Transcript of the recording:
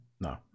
No